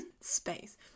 Space